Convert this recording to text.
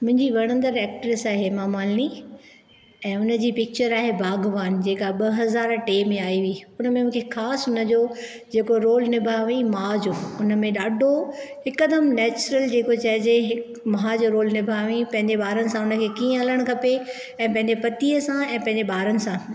मुंहिंजी वणंदड़ एक्ट्रेस आहे हेमा मालिनी ऐं हुन जी पिक्चर आहे बाग़बान जेका ॿ हज़ार टे में आई हुई हुन में मूंखे ख़ासि हुन जो जेको रोल निभायो हुअईं माउ जो हुन में ॾाढो हिकदमु नेचुरल जेको चइजे हिकु मां जो रोल निभायो हुअईं पंहिंजे ॿारनि सां हुन खे कीअं हलणु खपे ऐ पंहिंजे पतीअ सां ऐ पंहिंजे ॿारनि सां